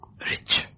Rich